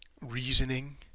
reasoning